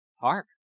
Hark